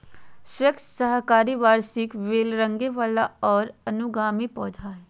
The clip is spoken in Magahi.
स्क्वैश साकाहारी वार्षिक बेल रेंगय वला और अनुगामी पौधा हइ